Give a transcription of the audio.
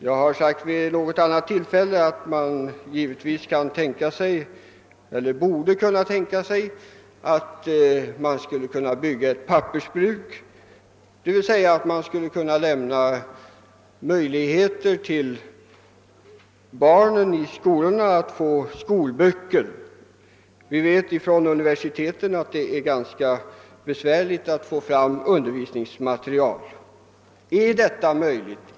Jag har vid något tidigare tillfälle sagt att man borde kunna tänka sig att bygga ett pappersbruk där det kunde framställas papper för skolböcker. Vi vet av erfarenheterna från de Nordvietnamesiska universiteten, att det kan vara ganska besvärligt att få fram undervisningsmateriel. är detta möjligt?